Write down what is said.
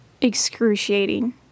Excruciating